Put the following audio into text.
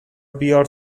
بیار